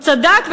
הוא צדק,